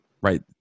right